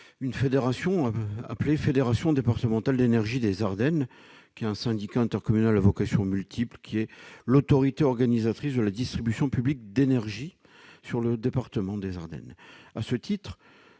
une fédération, la Fédération départementale d'énergies des Ardennes ; ce syndicat intercommunal à vocation multiple est l'autorité organisatrice de la distribution publique d'énergie dans le département. À ce titre,